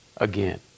again